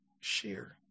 share